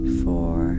four